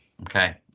Okay